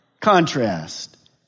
contrast